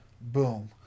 boom